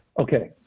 Okay